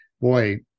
boy